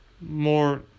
more